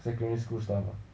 secondary school stuff ah